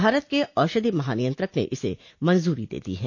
भारत के औषधि महानियंत्रक ने इसे मंजूरी दे दी है